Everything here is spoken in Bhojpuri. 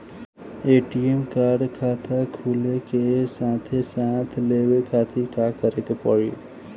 ए.टी.एम कार्ड खाता खुले के साथे साथ लेवे खातिर का करे के पड़ी?